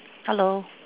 hello